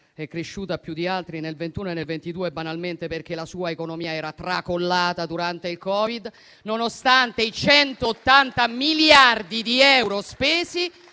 è cresciuta più di altri nel 2021 e nel 2022 banalmente perché la sua economia era tracollata durante il Covid, nonostante i 180 miliardi di euro spesi